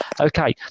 Okay